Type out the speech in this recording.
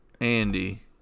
Andy